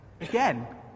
Again